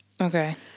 Okay